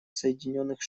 соединенных